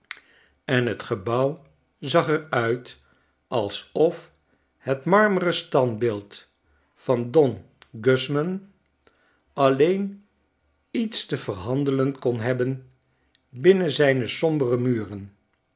en het gebouw zag er uit alsof het marmeren standbeeld van don guzman alleen iets te verhandelen kon hebben binnen zijne sombere muren